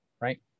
right